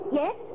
yes